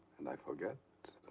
and i forget.